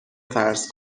فرض